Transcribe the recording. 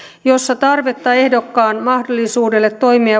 jossa tarvetta ehdokkaan mahdollisuudelle toimia